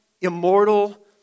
immortal